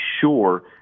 sure